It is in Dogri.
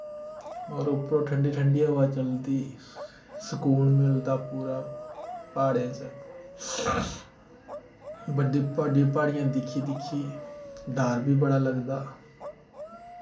होर उप्परों ठंडी ठंडी हवा चलदी सकून मिलदा पूरा प्हाड़ें च बड्डी बड्डी प्हाड़ियां दिक्खी दिक्खी डर बी बड़ा लगदा